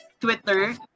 twitter